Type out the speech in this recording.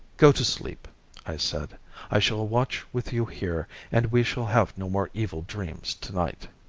go to sleep i said i shall watch with you here and we shall have no more evil dreams tonight